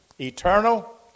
Eternal